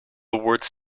awards